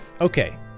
Okay